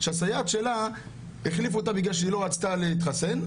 שהסייעת שלה החליפו בגלל שהיא לא רוצה להתחסן,